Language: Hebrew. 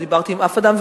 לא דיברתי עם אף אדם,